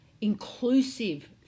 inclusive